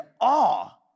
awe